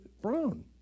brown